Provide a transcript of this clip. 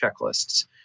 checklists